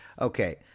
Okay